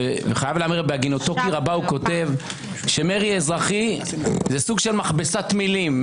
ובהגינותו כי רבה הוא כותב שמרי אזרחי זה סוג של מכבסת מילים.